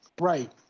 right